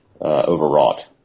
overwrought